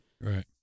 right